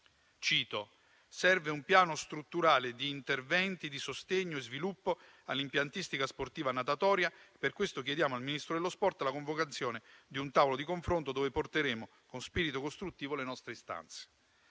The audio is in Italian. «Serve un piano strutturale di interventi di sostegno e sviluppo all'impiantistica sportiva natatoria, per questo chiediamo al Ministro dello sport la convocazione di un tavolo di confronto dove porteremo, con spirito costruttivo, le nostre istanze».